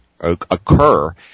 occur